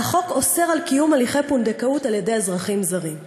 והחוק אוסר קיום הליכי פונדקאות על-ידי אזרחים זרים.